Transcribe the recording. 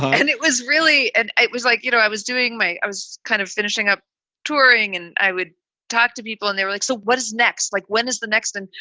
and it was really and it was like, you know, i was doing my i was kind of finishing up touring and i would talk to people and they were like, so what is next? like, when is the next one?